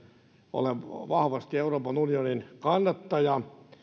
olen vahvasti euroopan unionin kannattaja